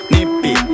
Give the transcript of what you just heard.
Nippy